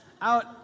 out